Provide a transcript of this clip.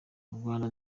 rwanda